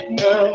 no